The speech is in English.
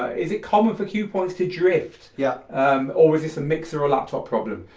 is it common for cue points to drift, yeah um or is this a mixer or laptop problem?